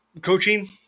coaching